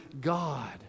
God